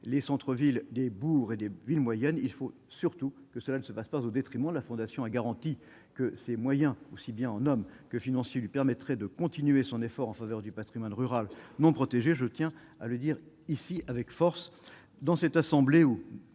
les centre-villes des bourgs et des piles moyenne, il faut surtout que cela ne se fasse pas au détriment de la fondation a garantit que ces moyens, aussi bien en homme que financier qui permettrait de continuer son effort en faveur du Patrimoine rural non-protégé, je tiens à le dire ici avec force dans cette assemblée où